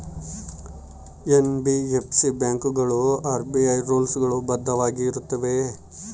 NBFC ಬ್ಯಾಂಕುಗಳು RBI rules ಗಳು ಬದ್ಧವಾಗಿ ಇರುತ್ತವೆಯ?